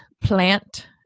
plant-